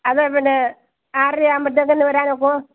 അതെ പിന്നെ ആറരയാകുമ്പത്തേക്ക് ഒന്ന് വരാൻ ഒക്കുമോ